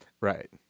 Right